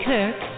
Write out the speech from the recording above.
Kirk